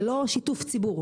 זה לא שיתוף ציבור,